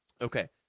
Okay